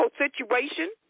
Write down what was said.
situation